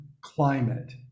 climate